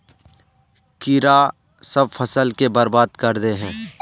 कीड़ा सब फ़सल के बर्बाद कर दे है?